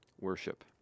Worship